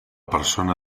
persona